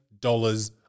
dollars